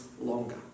longer